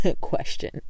question